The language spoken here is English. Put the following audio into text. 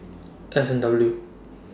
S and W